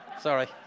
Sorry